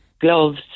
gloves